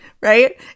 right